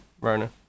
Rona